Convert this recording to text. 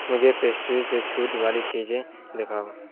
مجھے پیسٹری سے چھوٹ والی چیزیں دکھاؤ